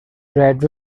brad